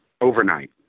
overnight